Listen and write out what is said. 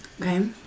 Okay